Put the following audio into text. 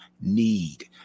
need